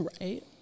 Right